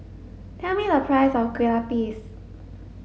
tell me the price of kueh lupis